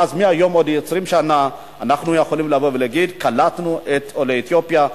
ואז מהיום עוד 20 שנה אנחנו נוכל לבוא ולהגיד: קלטנו את עולי אתיופיה.